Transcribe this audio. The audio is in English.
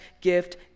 gift